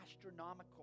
astronomical